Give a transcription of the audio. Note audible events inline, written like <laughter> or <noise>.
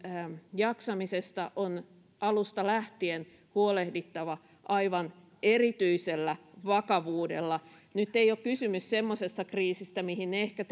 jaksamisesta on alusta lähtien huolehdittava aivan erityisellä vakavuudella nyt ei ole kysymys semmoisesta kriisistä mihin ehkä <unintelligible>